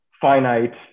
finite